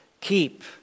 keep